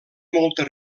molta